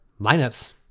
lineups